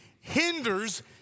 hinders